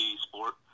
sport